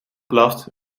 blaft